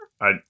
I-